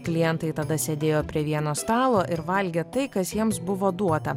klientai tada sėdėjo prie vieno stalo ir valgė tai kas jiems buvo duota